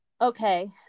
Okay